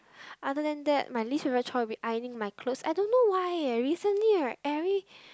other than that my least favourite chore would be ironing my clothes I don't know why eh recently right every